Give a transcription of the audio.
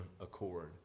accord